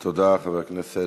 תודה, חבר הכנסת.